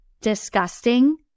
disgusting